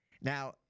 now